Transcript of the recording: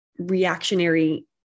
reactionary